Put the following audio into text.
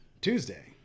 Tuesday